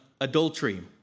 adultery